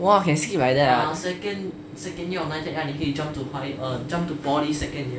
!wah! can skip like that ah